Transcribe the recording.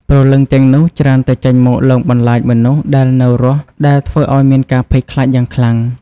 ព្រលឹងទាំងនោះច្រើនតែចេញមកលងបន្លាចមនុស្សដែលនៅរស់ដែលធ្វើឲ្យមានការភ័យខ្លាចយ៉ាងខ្លាំង។